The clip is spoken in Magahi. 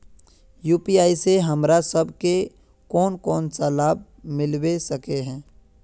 यु.पी.आई से हमरा सब के कोन कोन सा लाभ मिलबे सके है?